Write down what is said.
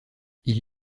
ils